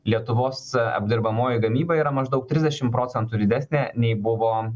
lietuvos apdirbamoji gamyba yra maždaug trisdešim procentų didesnė nei buvo